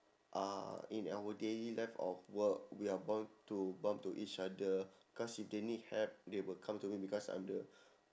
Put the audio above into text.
uh in our daily life of work we are bound to bump to each other cause if they need help they will come to me because I'm the